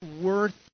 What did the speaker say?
worth